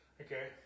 Okay